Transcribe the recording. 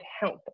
help